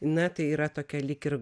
na tai yra tokia lyg ir